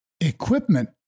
equipment